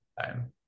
time